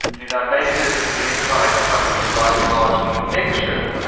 you know, maybe this is the inside of somebody who writes largely fiction.